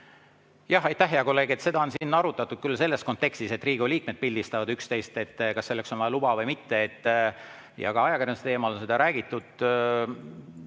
Jah, aitäh, hea kolleeg! Seda on siin arutatud küll selles kontekstis, et Riigikogu liikmed pildistavad üksteist, kas selleks on vaja luba või mitte, ja ka ajakirjanduse teemal on räägitud.